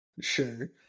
Sure